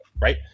Right